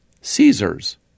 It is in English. Caesar's